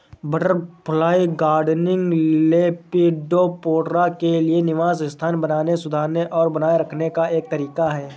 butterfly gardening, lepidoptera के लिए निवास स्थान बनाने, सुधारने और बनाए रखने का एक तरीका है